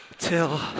till